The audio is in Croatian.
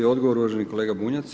Odgovor uvaženi kolega Bunjac.